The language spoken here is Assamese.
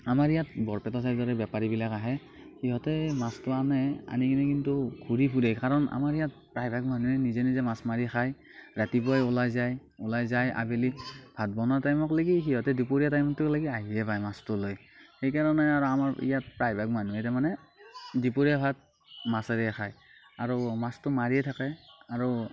আমাৰ ইয়াত বৰপেটা ছাইদৰে বেপাৰীবিলাক আহে সিহঁতে মাছটো আনে আনিকিনি কিন্তু ঘুৰি ফুৰে কাৰণ আমাৰ ইয়াত প্ৰায়ভাগ মানুহে নিজে নিজে মাছ মাৰি খায় ৰাতিপুৱাই ওলাই যায় ওলাই যায় আবেলি ভাত বনোৱা টাইমক লাগি সিহঁতে দুপৰীয়া টাইমটো লৈকে আহিয়ে পায় মাছটো লৈ সেইকাৰণে আৰু আমাৰ ইয়াত প্ৰায়ভাগ মানুহে তাৰমানে দুপৰীয়া ভাত মাছেৰে খায় আৰু মাছটো মাৰিয়ে থাকে আৰু